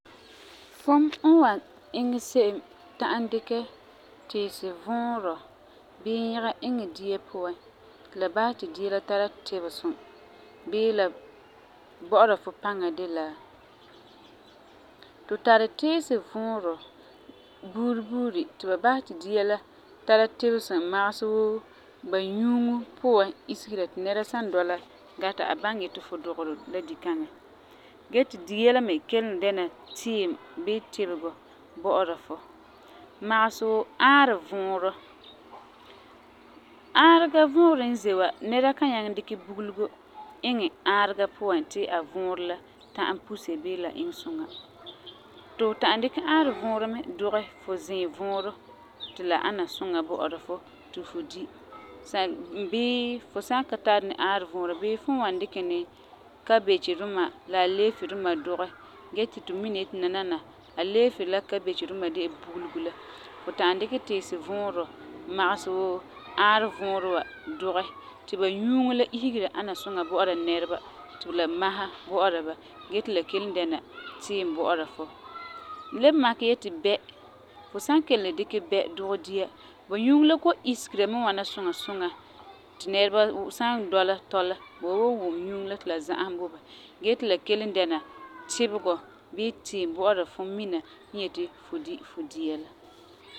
Fum n wan iŋɛ se'em ta'am dikɛ tiisi vuurɔ bii nyɛga iŋɛ dia puan ti la basɛ ti dia la tara tibesum bii la bɔ'ɔra fu paŋa de la: Tu tari tiisi vuurɔ buuri buuri ti ba basɛ ti dia la tara tibesum magesɛ wuu ba nyuuŋo puan isegera ti nɛra san dɔla gata, a baŋɛ yeti fu dugeri la dikaŋa gee ti dia la me kelum dɛna tiim bii tibegɔ bɔ'ɔra fu. Magesɛ wuu ãarevuurɔ. Ãarega vuurɔ n ze wa, nɛra kan nyaŋɛ dikɛ bugelego iŋɛ ãarega puan ti a vuurɔ la ta'am puse bii a vuurɔ la iŋɛ suŋa. Ti fu ta'am dikɛ ãarevuurɔ mɛ dugɛ fu zɛvuurɔ mɛ ti la ana suŋa bɔ'ɔra fu ti fu di san n bii fu san ka tari ni ãarevuurɔ bii fum wan dikɛ ni kabegi duma la a leefu duma dugɛ gee ti tu mina yeti aleefu la kabegi de'e bugelego la, fu ta'am dikɛ tiisi vuurɔ magesɛ wuu ãarevuurɔ wa dugɛ ti ba nyuuŋo la isegera suŋa suŋa bɔ'ɔra nɛreba ti la maha bɔ'ɔra ba gee ti la kelum dɛna tiim bɔ'ɔra fu. N le makɛ yeti bɛa, fu san kelum dikɛ bɛa dugɛ dia, bu nyuuŋo la kɔ'ɔm isegera mɛ ŋwana suŋa suŋa ti nɛreba san dɔla tɔla, ba wan wum nyuuŋo la ti la za'asum bo ba gee ti la kelum dɛna tibegɔ bii tiim bɔ'ɔra fum mina n yeti fu di fu dia la.